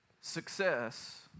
success